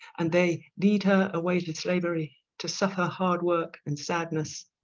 and they lead her away to slavery, to suffer hard work, and sadness,